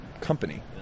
company